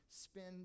spend